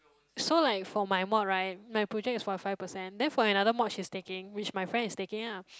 so like for my mod right my project is forty five percent then for another mod she's taking which my friend is taking ah